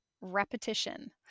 repetition